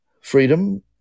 freedom